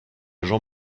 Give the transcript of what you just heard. jean